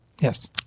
Yes